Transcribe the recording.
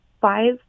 five